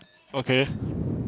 okay